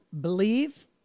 Believe